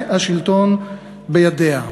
והשלטון בידיה.